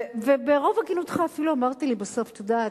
וברוב הגינותך אפילו אמרת לי בסוף: את יודעת,